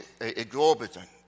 exorbitant